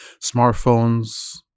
smartphones